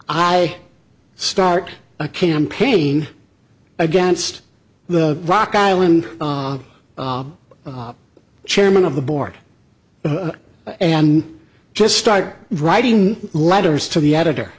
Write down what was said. i start a campaign against the rock island chairman of the board and just start writing letters to the editor